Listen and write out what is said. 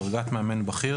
דרגת מאמן בכיר,